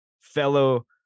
fellow